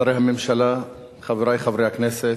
שרי הממשלה, חברי חברי הכנסת,